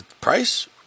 Price